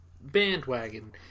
bandwagon